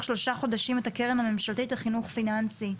שלושה חודשים את הקרן הממשלתית לחינוך פיננסי,